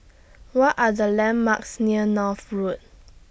What Are The landmarks near North Road